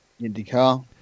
IndyCar